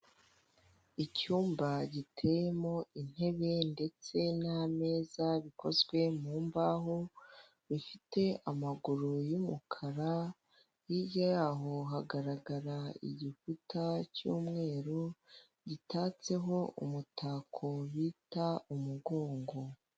Icyumba giteyemo intebe ndetse n'ameza bikozwe mu mbaho bifite amaguru y'umukara hirya yaho hagaragara igikuta cy'umweru gitatseho umutako bita umugongo.